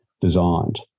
designed